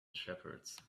shepherds